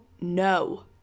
no